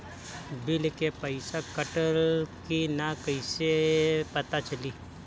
Bill के पइसा कटल कि न कइसे पता चलि?